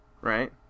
right